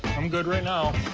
i'm good right now.